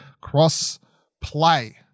cross-play